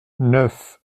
neuf